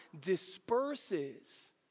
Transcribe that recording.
disperses